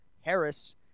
Harris